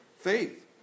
faith